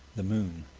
the moon